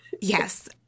Yes